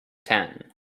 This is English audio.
ten